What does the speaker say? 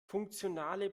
funktionale